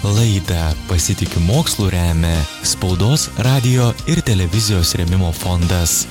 laidą pasitikiu mokslu remia spaudos radijo ir televizijos rėmimo fondas